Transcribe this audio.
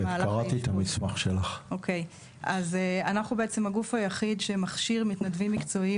אז אנחנו בעצם הגוף היחיד שמכשיר מתנדבים מקצועיים